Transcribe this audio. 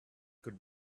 could